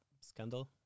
scandal